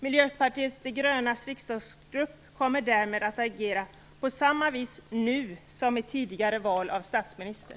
Miljöpartiet de grönas riksdagsgrupp kommer därmed att agera på samma vis nu som i tidigare val av statsminister.